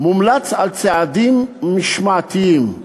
מומלץ על צעדים משמעתיים"